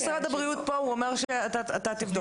משרד הבריאות פה, הוא אומר שזה ייבדק.